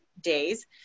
days